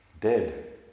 Dead